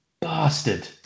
bastard